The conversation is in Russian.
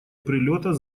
прилета